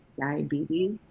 diabetes